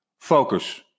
Focus